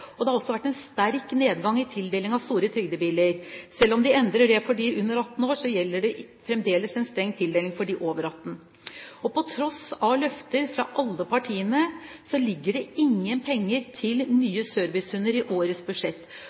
og det har også vært en sterk nedgang i tildeling av store trygdebiler. Selv om de endrer det for dem under 18 år, gjelder det fremdeles en streng tildeling for dem over 18 år. På tross av løfter fra alle partiene ligger det ingen penger til nye servicehunder i årets budsjett,